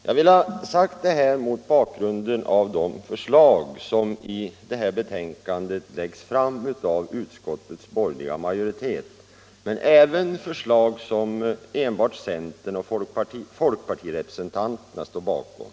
Jag vill ha sagt detta mot bakgrund av de förslag som i betänkandet läggs fram av utskottets borgerliga majoritet men även mot bakgrund av det förslag som enbart centeroch folkpartirepresentanter står bakom.